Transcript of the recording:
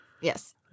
Yes